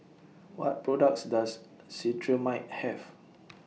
What products Does Cetrimide Have